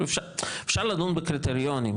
אפשר לדון בקריטריונים.